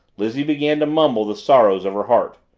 lizzie began to mumble the sorrows of her heart.